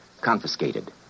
confiscated